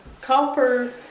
copper